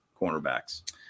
cornerbacks